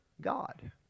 God